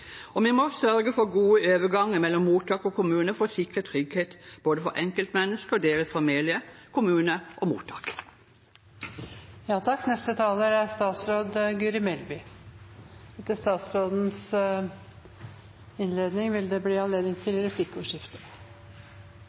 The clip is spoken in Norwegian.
og vi må sørge for gode overganger mellom mottak og kommune for å sikre trygghet både for enkeltmennesker og deres familier, og for kommuner og